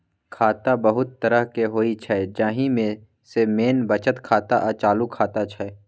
खाता बहुत तरहक होइ छै जाहि मे सँ मेन बचत खाता आ चालू खाता छै